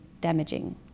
damaging